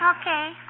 Okay